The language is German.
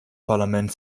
parlament